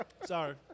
Sorry